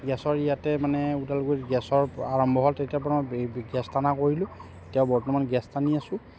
গেছৰ ইয়াতে মানে ওদালগুৰিত গেছৰ আৰম্ভ হ'ল তেতিয়াৰপৰা মই গেছ টনাও কৰিলোঁ এতিয়াও বৰ্তমান গেছ টানি আছো